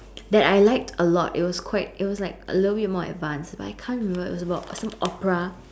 that I like a lot it was quite it was like a little bit more advanced but I can't remember what was it about some or is it some opera